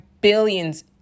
billions